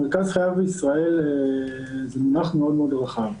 מרכז חייו בישראל זה מונח מאוד רחב.